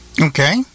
Okay